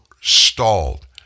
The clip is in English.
stalled